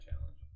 challenge